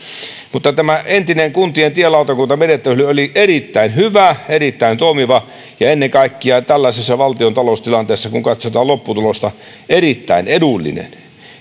tämä entinen kuntien tielautakuntamenettely oli erittäin hyvä erittäin toimiva ja ennen kaikkea tällaisessa valtion taloustilanteessa kun katsotaan lopputulosta erittäin edullinen